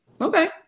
Okay